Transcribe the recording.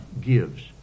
gives